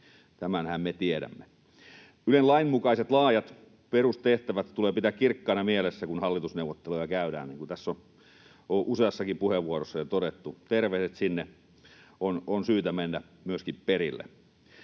Tämänhän me tiedämme. Ylen lainmukaiset laajat perustehtävät tulee pitää kirkkaana mielessä, kun hallitusneuvotteluja käydään, niin kuin tässä on useassakin puheenvuorossa jo todettu. Terveisten sinne on syytä mennä myöskin perille.